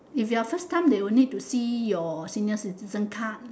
if you are first time they will need to see your senior citizen card